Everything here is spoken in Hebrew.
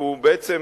והוא בעצם